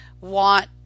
want